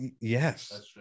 Yes